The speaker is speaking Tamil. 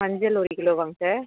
மஞ்சள் ஒரு கிலோவாங்க சார்